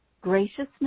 graciousness